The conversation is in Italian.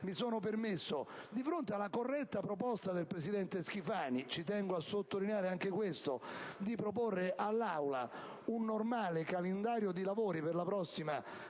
con me. Di fronte alla corretta proposta del presidente Schifani, tengo a sottolinearlo, di prospettare all'Aula un normale calendario dei lavori per la prossima settimana,